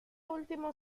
último